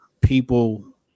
people